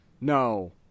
No